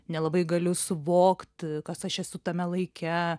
nelabai galiu suvokt kas aš esu tame laike